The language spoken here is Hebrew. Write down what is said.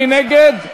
מי נגד?